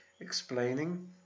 explaining